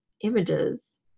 images